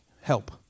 help